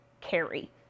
carry